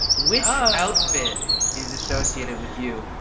which outfit is associated with you?